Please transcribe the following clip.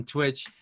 Twitch